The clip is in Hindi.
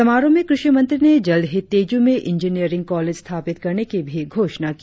समारोह में कृषि मंत्री ने जल्द ही तेजू में इंजीनियरिंग काँलेज स्थापित करने की घोषणा भी की